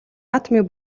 атомын